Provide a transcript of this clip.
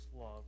love